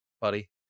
buddy